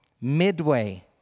Midway